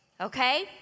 okay